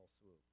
swoop